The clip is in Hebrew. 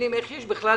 בכלל